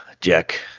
Jack